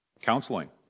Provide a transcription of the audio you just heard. Counseling